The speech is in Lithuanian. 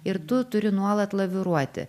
ir tu turi nuolat laviruoti